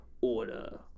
Order